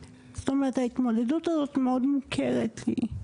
וההתמודדות הזאת מאוד מוכרת לי.